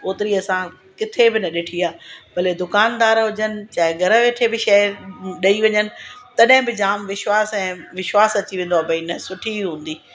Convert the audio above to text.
ओतिरी असां किथे बि न ॾिठी आहे भले दुकानदार हुजनि चाए घर वेठे बि शइ ॾई वञनि तॾहिं बि जाम विश्वासु ऐं विश्वासु अची वेंदो आहे भई न सुठी ई हूंदी